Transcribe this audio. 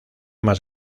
más